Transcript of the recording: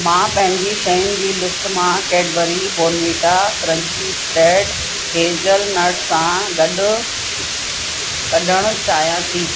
मां पंहिंजी शयुनि जी लिस्ट मां Cadbury Bournvita crunchy spread hazelnut सां गॾु कढणु चाहियां थी